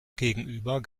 gegenüber